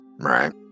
Right